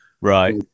Right